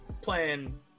playing